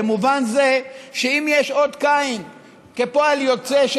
במובן זה שאם יש אות קין כפועל יוצא של